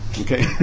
okay